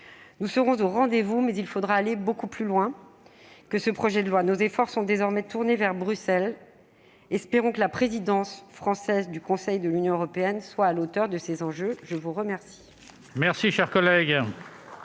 Nous serons au rendez-vous, mais il faudra aller beaucoup plus loin que ce projet de loi. Nos efforts sont désormais tournés vers Bruxelles. Espérons que la présidence française du Conseil de l'Union européenne soit à la hauteur de ces enjeux. La parole